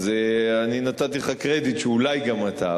אז אני נתתי לך קרדיט שאולי גם אתה,